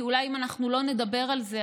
כי אולי אם אנחנו לא נדבר על זה,